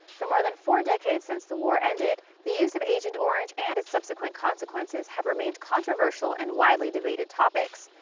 for more than four decades since the war ended, the use of agent orange and its subsequent consequences have remained controversial and widely-debated topics.